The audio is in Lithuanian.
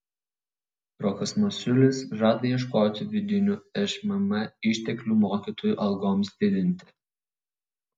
rokas masiulis žada ieškoti vidinių šmm išteklių mokytojų algoms didinti